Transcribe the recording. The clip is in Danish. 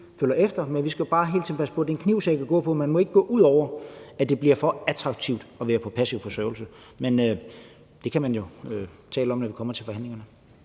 men vi skal bare hele tiden passe på, for det er en knivsæg at gå på, og det må ikke blive sådan, at det bliver for attraktivt at være på passiv forsørgelse. Men det kan vi jo tale om, når vi kommer til forhandlingerne.